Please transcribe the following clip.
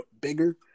bigger